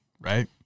Right